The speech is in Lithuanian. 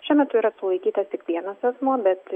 šiuo metu yra sulaikytas tik vienas asmuo bet